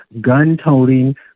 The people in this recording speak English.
gun-toting